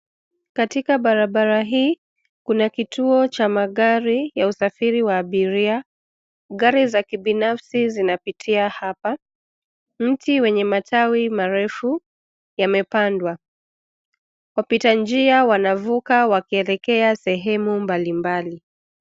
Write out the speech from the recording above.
Katika barabara hii kuna kituo cha magari ya usafiri wa abiria. Gari za kibinafsi zinapitia hapa, mti wenye matawi marefu yamepandwa, wapita njia wanavuka, wakielekea sehemu mbalimbali.